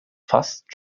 fast